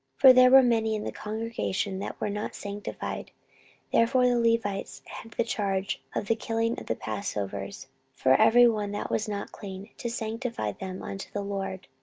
for there were many in the congregation that were not sanctified therefore the levites had the charge of the killing of the passovers for every one that was not clean, to sanctify them unto the lord.